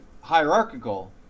hierarchical